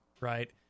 right